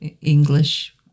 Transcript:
english